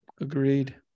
Agreed